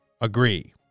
agree